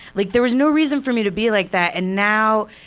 like there was no reason for me to be like that and now,